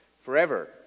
forever